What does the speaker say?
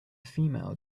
female